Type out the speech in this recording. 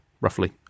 Roughly